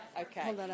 Okay